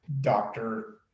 doctor